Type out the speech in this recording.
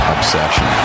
Obsession